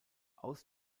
aus